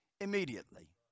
immediately